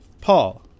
Paul